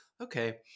Okay